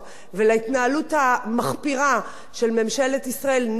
המחפירה של ממשלת ישראל נגד התקשורת.